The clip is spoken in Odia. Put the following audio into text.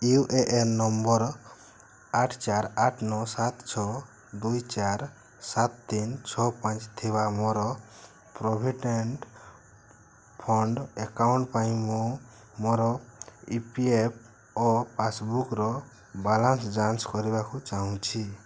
ୟୁ ଏ ଏନ୍ ନମ୍ବର ଆଠ ଚାରି ଆଠ ନଅ ସାତ ଛଅ ଦୁଇ ଚାରି ସାତ ତିନି ଛଅ ପାଞ୍ଚ ଥିବା ମୋର ପ୍ରୋଭିଡେଣ୍ଟ୍ ଫଣ୍ଡ୍ ଏକାଉଣ୍ଟ୍ ପାଇଁ ମୁଁ ମୋର ଇ ପି ଏଫ୍ ଓ ପାସ୍ବୁକ୍ର ବାଲାନ୍ସ ଯାଞ୍ଚ୍ କରିବାକୁ ଚାହୁଁଛି